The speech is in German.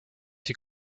die